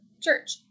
church